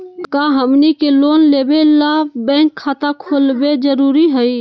का हमनी के लोन लेबे ला बैंक खाता खोलबे जरुरी हई?